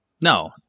no